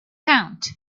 count